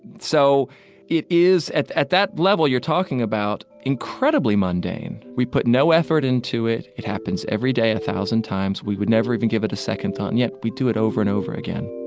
so it is at at that level you're talking about incredibly mundane. we put no effort into it. it happens every day a thousand times. we would never even give it a second thought. and yet we do it over and over again